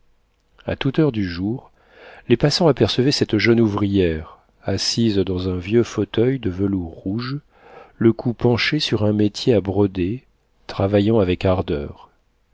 a toute heure du jour les passants apercevaient cette jeune ouvrière assise dans un vieux fauteuil de velours rouge le cou penché sur un métier à broder travaillant avec ardeur